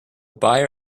buyer